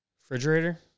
refrigerator